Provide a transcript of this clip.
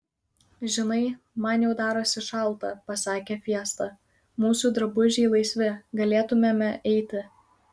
žinai man jau darosi šalta pasakė fiesta mūsų drabužiai laisvi galėtumėme eiti